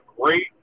great